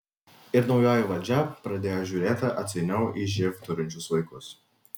ir naujoji valdžia pradėjo žiūrėti atsainiau į živ turinčius vaikus